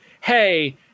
hey